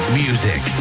music